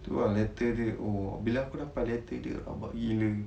itu ah letter dia oh bila aku dapat letter dia rabak gila